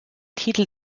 titel